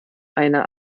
einer